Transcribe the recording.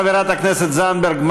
חברת הכנסת זנדברג,